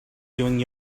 doing